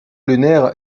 lunaire